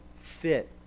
fit